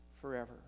forever